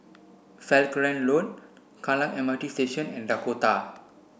Falkland Road Kallang M R T Station and Dakota